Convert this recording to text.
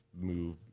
move